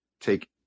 take